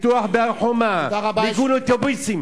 פיתוח בהר-חומה, מיגון אוטובוסים.